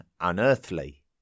unearthly